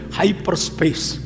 hyperspace